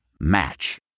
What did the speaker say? Match